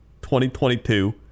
2022